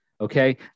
okay